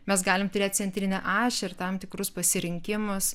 mes galim turėt centrinę ašį ir tam tikrus pasirinkimus